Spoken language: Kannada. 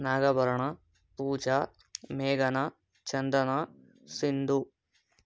ನಾಗಾಭರಣ ಪೂಜಾ ಮೇಘನಾ ಚಂದನಾ ಸಿಂಧೂ